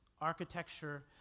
architecture